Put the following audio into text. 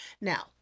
Now